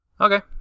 Okay